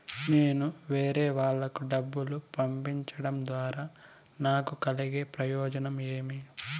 నేను వేరేవాళ్లకు డబ్బులు పంపించడం ద్వారా నాకు కలిగే ప్రయోజనం ఏమి?